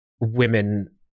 women